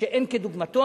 שאין כדוגמתו.